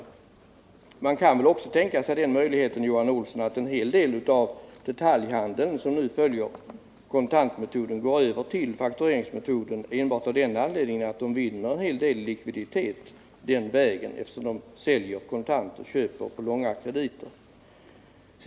Man kan också, Johan Olsson, tänka sig den möjligheten att en hel del av företagen inom detaljhandeln, som nu följer kontantmetoden, går över till faktureringsmetoden enbart av den anledningen att de den vägen vinner en del i likviditet, eftersom de säljer kontant och köper på långa krediter.